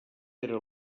era